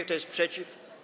Kto jest przeciw?